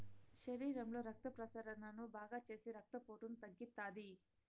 శరీరంలో రక్త ప్రసరణను బాగాచేసి రక్తపోటును తగ్గిత్తాది